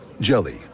Jelly